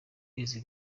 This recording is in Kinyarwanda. izi